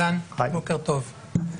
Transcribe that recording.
בוקר טוב.